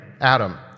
Adam